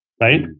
right